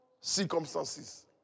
circumstances